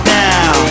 now